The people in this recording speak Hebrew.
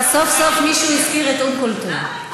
סוף-סוף מישהו הזכיר את אום כולתום.